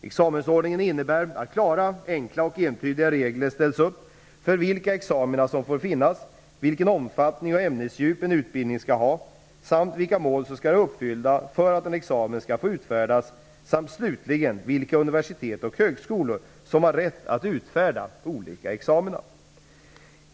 Examensordningen innebär att klara, enkla och entydiga regler ställts upp för vilka examina som får finnas, vilken omfattning och vilket ämnesdjup en utbildning skall ha samt vilka mål som skall vara uppfyllda för att en examen skall få utfärdas samt slutligen vilka universitet och högskolor som har rätt att utfärda olika examina.